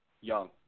young